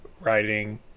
writing